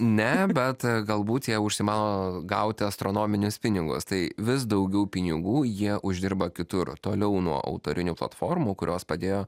ne bet galbūt jie užsimano gauti astronominius pinigus tai vis daugiau pinigų jie uždirba kitur toliau nuo autorinių platformų kurios padėjo